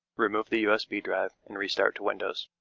remove the usb drive, and restart to windows.